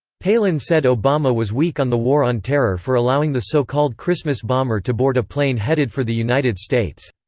palin said obama was weak on the war on terror for allowing the so-called christmas bomber to board a plane headed for the united states.